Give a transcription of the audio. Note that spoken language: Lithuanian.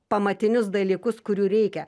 pamatinius dalykus kurių reikia